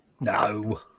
No